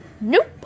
Nope